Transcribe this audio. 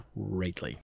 greatly